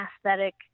aesthetic